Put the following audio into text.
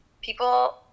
People